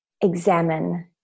examine